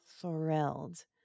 thrilled